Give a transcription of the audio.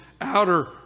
outer